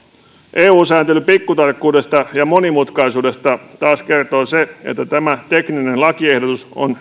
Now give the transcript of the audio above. eu sääntelyn pikkutarkkuudesta ja monimutkaisuudesta taas kertoo se että tämä tekninen lakiehdotus on